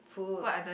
food